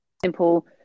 simple